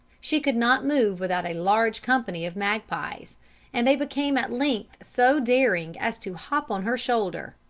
she could not move without a large company of magpies and they became at length so daring as to hop on her shoulder.